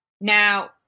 Now